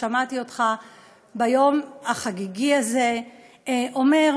ושמעתי אותך ביום החגיגי הזה אומר,